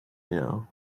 know